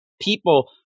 people